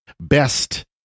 best